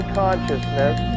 consciousness